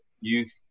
youth